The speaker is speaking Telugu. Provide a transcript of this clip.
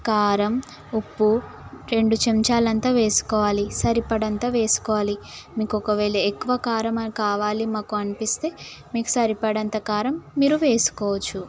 కారం ఉప్పు రెండు చెంచాలు అంత వేసుకోవాలి సరిపడేంత వేసుకోవాలి మీకు ఒకవేళ ఎక్కువ కారం కావాలి మాకు అనిపిస్తే మీకు సరిపడేంత కారం మీరు వేసుకోవచ్చు